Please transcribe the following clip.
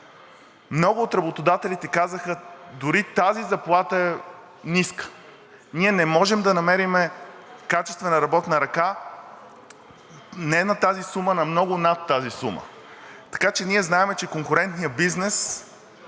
много от работодателите казаха: „Дори тази заплата е ниска, ние не можем да намерим качествена работна ръка не на тази сума, а много над тази сума.“ Така че ние знаем, че конкурентоспособния бизнес